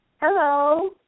Hello